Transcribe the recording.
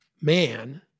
man